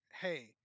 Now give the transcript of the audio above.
hey